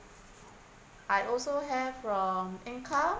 I also have from Income